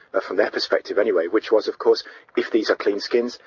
from their perspective anyway, which was of course if these are cleanskins,